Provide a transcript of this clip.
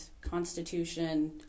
constitution